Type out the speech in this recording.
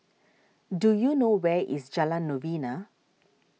do you know where is Jalan Novena